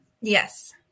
Yes